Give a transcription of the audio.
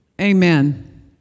Amen